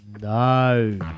No